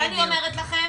אני אומרת לכם